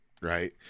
right